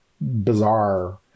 bizarre